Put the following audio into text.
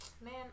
man